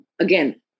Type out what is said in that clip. again